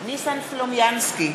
ניסן סלומינסקי,